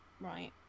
Right